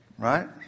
Right